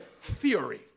theory